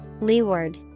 Leeward